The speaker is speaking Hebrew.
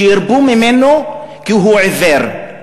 שירפו ממנו כי הוא עיוור.